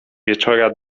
wieczora